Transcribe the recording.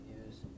use